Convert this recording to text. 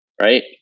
right